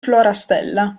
florastella